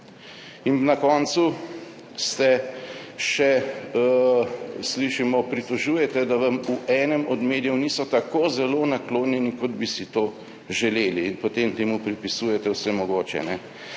In na koncu se še, slišimo, pritožujete, da vam v enem od medijev niso tako zelo naklonjeni, kot bi si to želeli, in potem temu pripisujete vse mogoče.